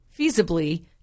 feasibly